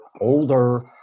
older